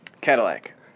Cadillac